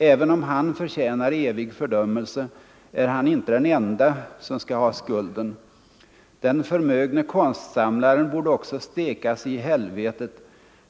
Även om han förtjänar evig fördömelse är han inte den enda som skall ha skulden. Den förmögne konstsamlaren borde också stekas i helvetet.